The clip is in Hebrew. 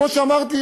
כמו שאמרתי,